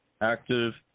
active